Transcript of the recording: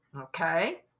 Okay